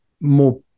more